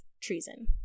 treason